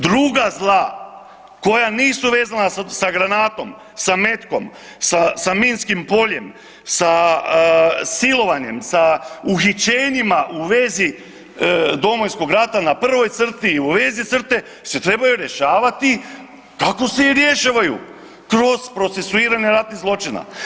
Druga zla koja nisu vezana sa granatom, sa metkom, sa minskim poljem, sa silovanjem, sa uhićenjima u vezi Domovinskog rata na prvoj crti i u vezi crte se trebaju rješavati kako se i rješavaju, kroz procesuiranje ratnih zločina.